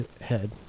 head